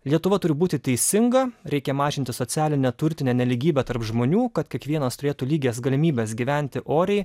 lietuva turi būti teisinga reikia mažinti socialinę turtinę nelygybę tarp žmonių kad kiekvienas turėtų lygias galimybes gyventi oriai